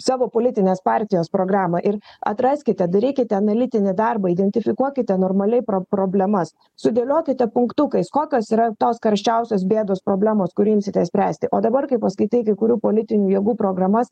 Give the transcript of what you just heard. savo politinės partijos programą ir atraskite darykite analitinį darbą identifikuokite normaliai pro problemas sudėliokite punktukais kokios yra tos karščiausios bėdos problemos kur imsite spręsti o dabar kai paskaitai kai kurių politinių jėgų programas